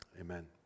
amen